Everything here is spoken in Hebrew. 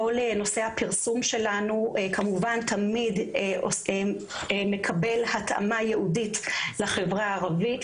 כל נושא הפרסום שלנו כמובן תמיד מקבל התאמה ייעודית לחברה הערבית.